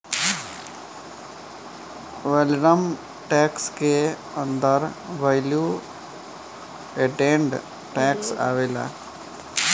valorem tax के अंदर value added tax आवेला